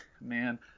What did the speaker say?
man